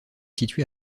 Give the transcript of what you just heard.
situé